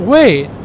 Wait